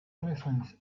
presence